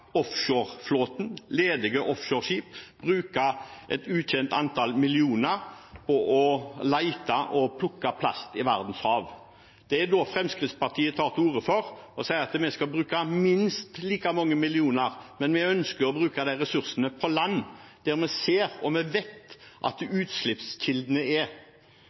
offshoreflåten, ledige offshoreskip, og et ukjent antall millioner på å lete etter og plukke opp plast i verdens hav. Det er da Fremskrittspartiet tar til orde for å bruke minst like mange millioner, men vi ønsker å bruke de ressursene på land, der vi ser og vet at utslippskildene er.